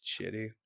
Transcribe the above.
Shitty